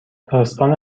داستان